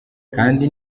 kandi